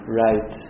right